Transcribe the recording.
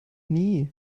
nie